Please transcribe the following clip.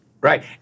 Right